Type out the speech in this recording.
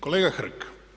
Kolega Hrg!